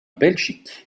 belgique